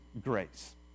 grace